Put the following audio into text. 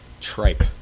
tripe